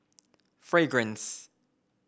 Fragrance